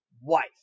wife